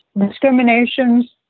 discriminations